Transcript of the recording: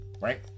right